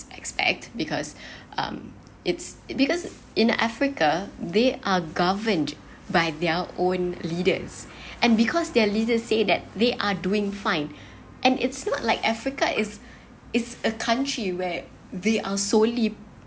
expect because um it's because in africa they are governed by their own leaders and because their leaders say that they are doing fine and it's not like africa it's it's a country where they are solely